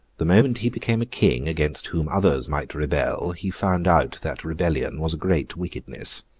the moment he became a king against whom others might rebel, he found out that rebellion was a great wickedness.